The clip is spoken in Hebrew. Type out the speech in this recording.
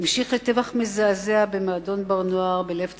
המשיך לטבח מזעזע במועדון 'בר נוער' בלב תל-אביב,